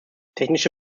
technische